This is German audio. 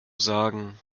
sagen